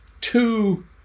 two